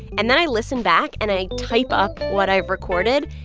and then i listen back, and i type up what i've recorded.